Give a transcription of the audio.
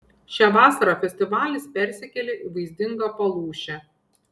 šią vasarą festivalis persikėlė į vaizdingą palūšę